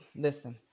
listen